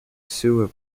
sewer